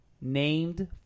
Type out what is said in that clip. named